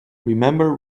remember